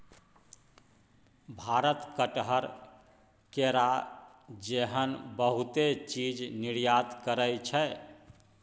भारत कटहर, केरा जेहन बहुते चीज निर्यात करइ छै